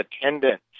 attendance